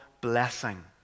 blessing